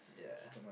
ya